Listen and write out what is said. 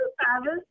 travel